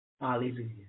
Hallelujah